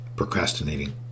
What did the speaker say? Procrastinating